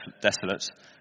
desolate